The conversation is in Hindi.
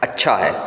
अच्छा है